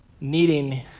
needing